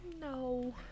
no